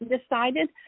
decided